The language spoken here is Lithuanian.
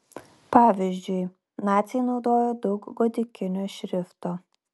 pavyzdžiui naciai naudojo daug gotikinio šrifto